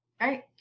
Right